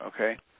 Okay